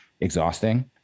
exhausting